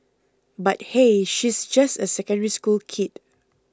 but hey she's just a Secondary School kid